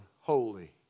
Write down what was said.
holy